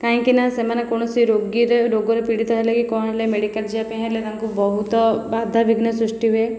କାହିଁକି ନା ସେମାନେ କୌଣସି ରୋଗୀରେ ରୋଗରେ ପୀଡ଼ିତ ହେଲେ କି କଣ ହେଲେ ମେଡ଼ିକାଲ୍ ଯିବା ପାଇଁ ହେଲେ ତାଙ୍କୁ ବହୁତ ବାଧା ବିଘ୍ନ ସୃଷ୍ଟି ହୁଏ